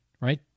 right